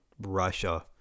Russia